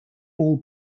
ball